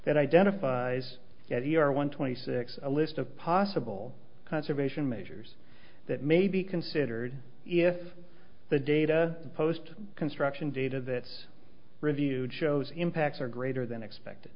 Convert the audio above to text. that identifies at the r one twenty six a list of possible conservation measures that may be considered if the data post construction data that review shows impacts are greater than expected